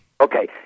Okay